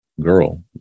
girl